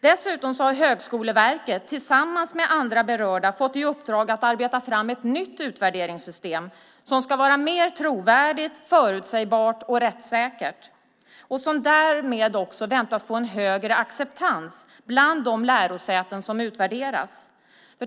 Dessutom har Högskoleverket tillsammans med andra berörda fått i uppdrag att arbeta fram ett nytt utvärderingssystem som ska vara mer trovärdigt, förutsägbart och rättssäkert och som därmed också väntas få en högre acceptans bland de lärosäten som utvärderas.